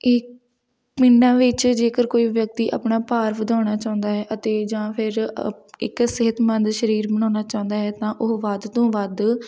ਇਹ ਪਿੰਡਾਂ ਵਿੱਚ ਜੇਕਰ ਕੋਈ ਵਿਅਕਤੀ ਆਪਣਾ ਭਾਰ ਵਧਾਉਣਾ ਚਾਹੁੰਦਾ ਹੈ ਅਤੇ ਜਾਂ ਫਿਰ ਇੱਕ ਸਿਹਤਮੰਦ ਸਰੀਰ ਬਣਾਉਣਾ ਚਾਹੁੰਦਾ ਹੈ ਤਾਂ ਉਹ ਵੱਧ ਤੋਂ ਵੱਧ